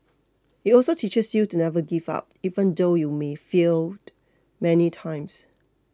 it also teaches you to never give up even though you may fail many times